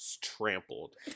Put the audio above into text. trampled